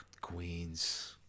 queens